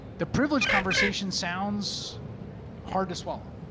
the privilege conversation sounds hard to swallow.